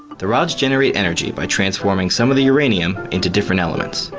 the rods generate energy by transforming some of the uranium into different elements.